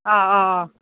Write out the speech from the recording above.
अ अ अ